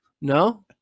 No